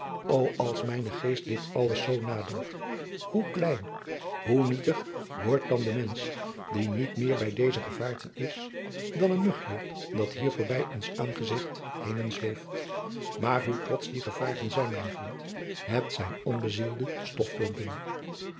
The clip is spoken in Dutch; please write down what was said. als mijn geest dit alles zoo nadenkt hoe klein hoe nietig wordt dan de mensch die niet meer bij deze gevaarten is dan een mugje dat hier voorbij ons aangezigt henen zweeft maar hoe trotsch die gevaarten zijn mijn vriend het zijn